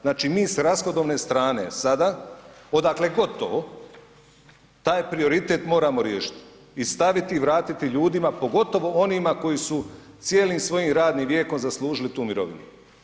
Znači mi s rashodovne strane sada, odakle god to taj prioritet moramo riješiti i staviti i vratiti ljudima, pogotovo onima koji su cijelim svojim radnim vijekom zaslužili tu mirovinu.